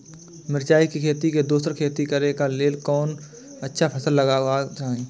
मिरचाई के खेती मे दोसर खेती करे क लेल कोन अच्छा फसल लगवाक चाहिँ?